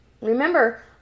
Remember